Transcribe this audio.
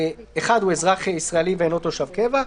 אזרח ישראלי ואינו תושב קבע.